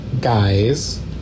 guys